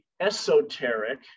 esoteric